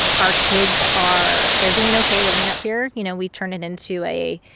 our kids are they're doing ok living up here. you know, we turn it into a,